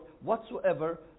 whatsoever